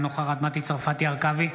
אינה נוכחת מטי צרפתי הרכבי,